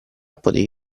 potevi